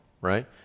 right